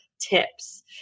tips